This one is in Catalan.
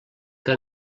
que